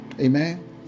amen